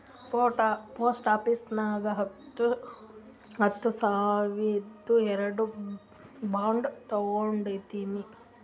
post office ನಾಗ್ ಹತ್ತ ಹತ್ತ ಸಾವಿರ್ದು ಎರಡು ಬಾಂಡ್ ತೊಗೊಂಡೀನಿ